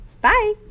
bye